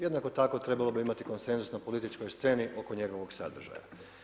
Jednako tako trebalo bi imati konsenzus na političkoj sceni oko njegovog sadržaja.